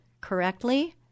correctly